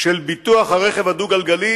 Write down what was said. של ביטוח הרכב הדו-גלגלי,